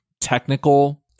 technical